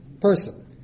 person